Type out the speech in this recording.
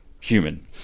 human